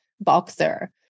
boxer